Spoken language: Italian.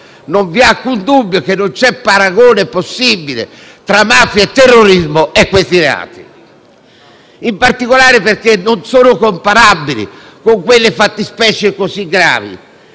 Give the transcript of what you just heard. Non vi è alcun dubbio che non c'è paragone possibile tra mafia e terrorismo e questi reati, in particolare perché non sono comparabili con fattispecie così gravi